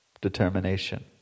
determination